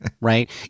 Right